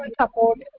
support